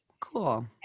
Cool